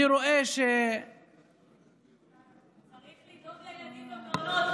אני רואה צריך לדאוג לילדים במעונות,